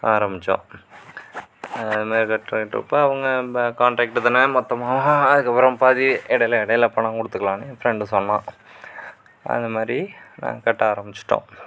ஆரமிச்சோம் அதை மாதிரி கட்டுகிறப்ப அவங்க கான்ட்ராக்ட் தானே மொத்தமும் அதுக்கப்புறம் பாதி இடையில இடையில பணம் கொடுத்துக்கலாம்னு என் ஃப்ரெண்ட் சொன்னான் அந்த மாதிரி நாங்கள் கட்ட ஆரமிச்சிட்டோம்